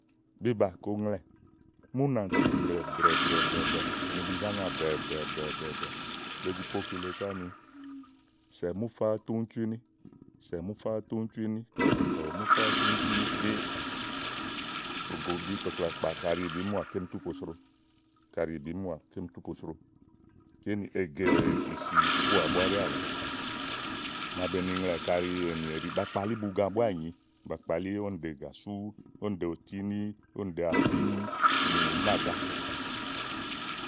bí ba kó ŋlɛ́ɛ, mú nántì brɛ̀ brɛ̀ brɛ̀ ni bi zá ŋa bɛ̀ɛ bɛ̀ɛ bɛ̀ɛ. be zi po kile ká ni sɛ̀ mú fá túncúíní kɔ̀tɔ̀kɔ̀ múfá túncúíní kpàkplàkpà kàɖi bìí muà kéem tú posro. kaɖi bìí muà kéem tú posro kénì ègè ìsikúà búá ɖíàlɔ. màa be ni ŋlɛ́ɛ kaɖi ènìèɖì ba kpalí buga búá ìnyi ba kpalí ówònɖe Gàsú, òwòn ɖe òtíní, ówònde pim nì nì máàgá.